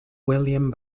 william